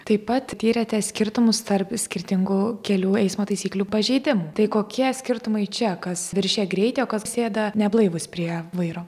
taip pat tyrėte skirtumus tarp skirtingų kelių eismo taisyklių pažeidimų tai kokie skirtumai čia kas viršija greitį o kas sėda neblaivūs prie vairo